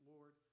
Lord